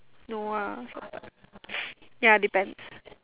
no ah suck up ya depends